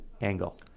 angle